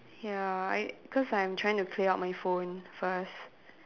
ya I cause I'm trying to clear out my phone first